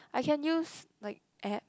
I can use like apps